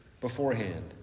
beforehand